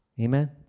Amen